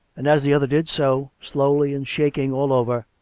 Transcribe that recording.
and as the other did so, slowly and shaking all over,